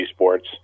esports